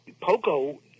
Poco